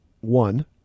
one